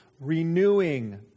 renewing